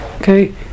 Okay